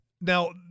now